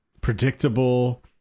predictable